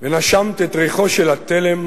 "ונשמת את ריחו של התלם,